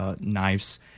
knives